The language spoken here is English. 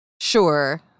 sure